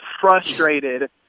frustrated